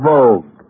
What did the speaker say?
Vogue